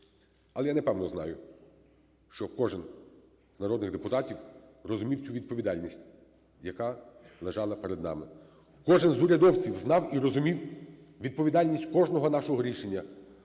Але я напевно знаю, що кожен з народних депутатів розумів цю відповідальність, яка лежала перед нами. Кожен з урядовців знав і розумів відповідальність кожного нашого рішення,